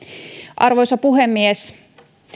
arvoisa puhemies